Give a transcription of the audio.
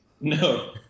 No